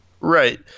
Right